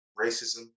racism